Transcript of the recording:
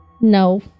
No